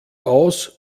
aus